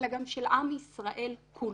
אלא גם של עם ישראל כולו.